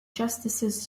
justices